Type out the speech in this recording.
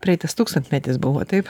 praeitas tūkstantmetis buvo taip